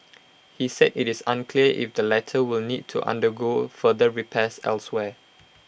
he said IT is unclear if the latter will need to undergo further repairs elsewhere